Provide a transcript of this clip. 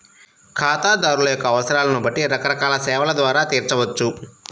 ఖాతాదారుల యొక్క అవసరాలను బట్టి రకరకాల సేవల ద్వారా తీర్చవచ్చు